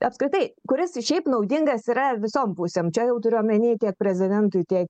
apskritai kuris šiaip naudingas yra visom pusėm čia jau turiu omenyj tiek prezidentui tiek